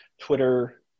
Twitter